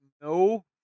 no